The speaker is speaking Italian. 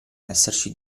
esserci